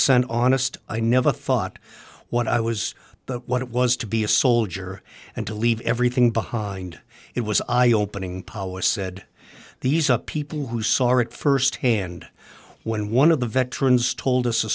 percent honest i never thought what i was that what it was to be a soldier and to leave everything behind it was i opening power said these are people who saw it firsthand when one of the veterans told us a